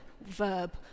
verb